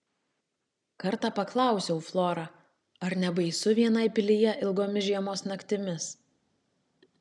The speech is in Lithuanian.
kartą paklausiau florą ar nebaisu vienai pilyje ilgomis žiemos naktimis